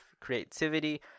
creativity